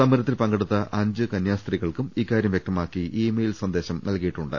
സമരത്തിൽ പങ്കെടുത്ത അഞ്ച് കന്യാസ്ത്രീകൾക്കും ഇക്കാര്യം വ്യക്തമാക്കി ഇ മെ യിൽ സന്ദേശം നൽകിയിട്ടുണ്ട്